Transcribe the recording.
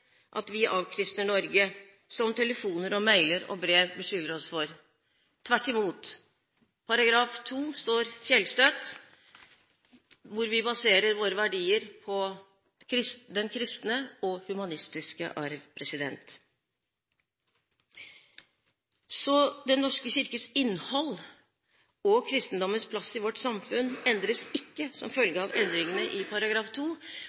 at vi avkristner Norge, som telefoner, mailer og brev beskylder oss for. Tvert imot, § 2 står fjellstøtt, hvor vi baserer våre verdier på den kristne og humanistiske arv. Den norske kirkes innhold og kristendommens plass i vårt samfunn endres ikke som følge av endringene i